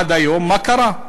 עד היום מה קרה?